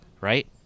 Right